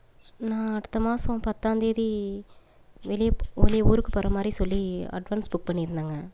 நான் அடுத்த மாதம் பத்தாம்தேதி வெளிய வெளிய ஊருக்கு போகிற மாதிரி சொல்லி அட்வான்ஸ் புக் பண்ணியிருந்தங்க